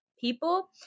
people